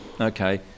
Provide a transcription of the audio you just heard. okay